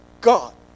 God